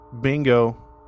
Bingo